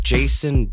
Jason